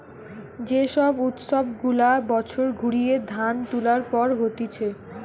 যে সব উৎসব গুলা বছর ঘুরিয়ে ধান তুলার পর হতিছে